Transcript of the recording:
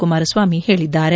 ಕುಮಾರಸ್ವಾಮಿ ಹೇಳಿದ್ದಾರೆ